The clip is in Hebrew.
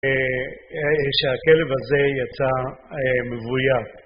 שהכלב הזה יצא מבוים.